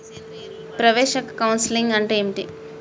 ప్రవేశ కౌన్సెలింగ్ అంటే ఏమిటి?